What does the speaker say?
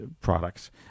products